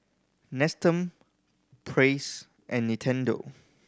Nestum Praise and Nintendo